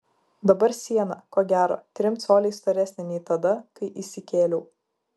dabar siena ko gero trim coliais storesnė nei tada kai įsikėliau